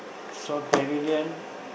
shore pavilion